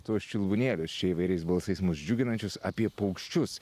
tuos čiulbuonėlius čia įvairiais balsais mus džiuginančius apie paukščius